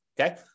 Okay